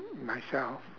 myself